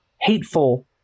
hateful